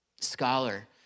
scholar